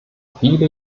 viele